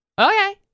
Okay